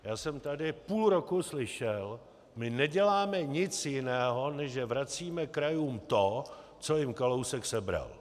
Já jsem tady půl roku slyšel: my neděláme nic jiného než že vracíme krajům to, co jim Kalousek sebral.